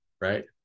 Right